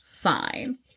fine